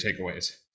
takeaways